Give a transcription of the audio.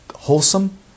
Wholesome